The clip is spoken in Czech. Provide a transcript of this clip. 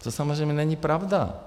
To samozřejmě není pravda.